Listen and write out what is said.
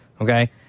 okay